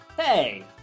Hey